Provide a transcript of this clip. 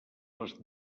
les